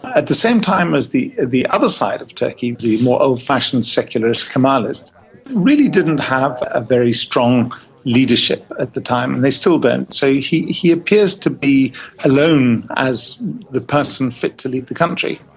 at the same time as the the other side of turkey, the more old-fashioned secularist kemalists, really didn't have a very strong leadership at the time and they still don't. so he he appears to be alone as the person fit to lead the country.